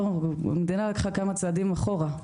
המדינה לקחה כמה צעדים אחורה,